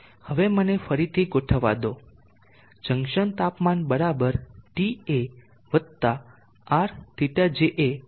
હવે મને ફરીથી ગોઠવવા દો જંકશન તાપમાન બરાબર Ta વત્તા RθJA ગુણ્યા QC